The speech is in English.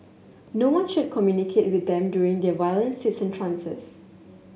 no one should communicate with them during their violent fits and trances